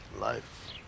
life